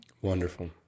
Wonderful